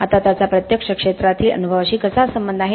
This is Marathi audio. आता त्याचा प्रत्यक्ष क्षेत्रातील अनुभवाशी कसा संबंध आहे